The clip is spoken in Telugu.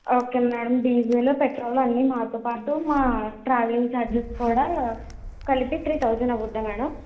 ఓకే మేడం డీజిల్ పెట్రోల్ అన్ని మాతో పాటు మా ట్రావెలింగ్ చార్జెస్ కూడా కలిపి త్రీ థౌసండ్ అవుతుంది మేడం